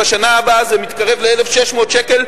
ובשנה הבאה זה מתקרב ל-1,600 שקל,